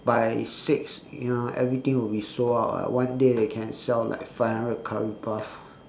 by six you know everything will be sold out ah one day they can sell like five hundred curry puff